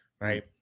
right